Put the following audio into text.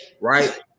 right